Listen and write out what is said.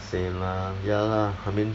same lah ya lah I mean